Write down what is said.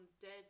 dead